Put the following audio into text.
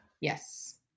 Yes